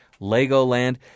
Legoland